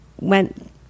went